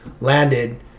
landed